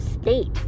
state